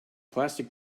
plastic